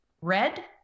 Red